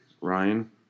Ryan